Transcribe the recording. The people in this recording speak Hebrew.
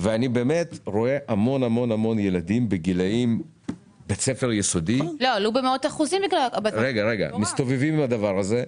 אני רואה המון ילדים בגילאי בית ספר יסודי מסתובבים עם הדבר הזה.